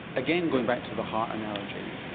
again going back to the heart analogy,